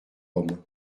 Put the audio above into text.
homme